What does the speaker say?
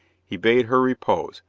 he bade her repose,